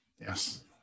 Yes